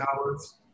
hours